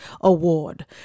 Award